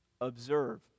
Observe